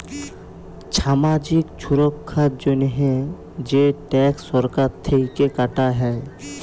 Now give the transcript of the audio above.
ছামাজিক ছুরক্ষার জন্হে যে ট্যাক্স সরকার থেক্যে কাটা হ্যয়